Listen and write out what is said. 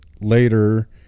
later